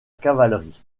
cavalerie